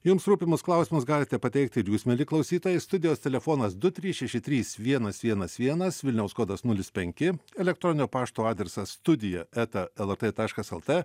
jums rūpimus klausimus galite pateikti ir jūs mieli klausytojai studijos telefonas du trys šeši trys vienas vienas vienas vilniaus kodas nulis penki elektroninio pašto adresas studija eta lrt taškas lt